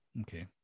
Okay